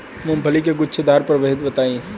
मूँगफली के गूछेदार प्रभेद बताई?